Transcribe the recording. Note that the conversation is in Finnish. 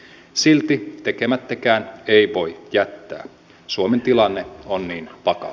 silti tekemättäkään ei voi jättää suomen tilanne on niin vakava